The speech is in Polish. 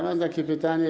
Mam takie pytanie.